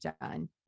done